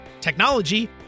technology